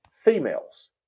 females